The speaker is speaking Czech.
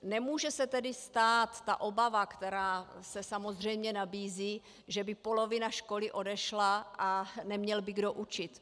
Nemůže se tedy stát ta obava, která se samozřejmě nabízí, že by polovina školy odešla a neměl by kdo učit.